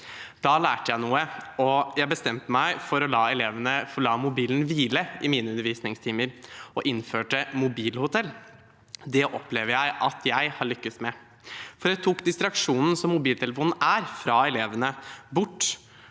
Da lærte jeg noe, og jeg bestemte meg for å la elevenes mobil hvile i mine undervisningstimer og innførte mobilhotell. Det opplever jeg at jeg har lyktes med. Jeg tok distraksjonen som mobiltelefonen er for elevene, bort,